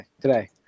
Today